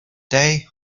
they